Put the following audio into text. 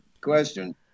question